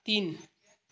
तिन